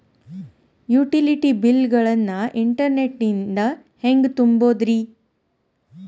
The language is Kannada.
ಯುಟಿಲಿಟಿ ಬಿಲ್ ಗಳನ್ನ ಇಂಟರ್ನೆಟ್ ನಿಂದ ಹೆಂಗ್ ತುಂಬೋದುರಿ?